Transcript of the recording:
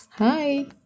hi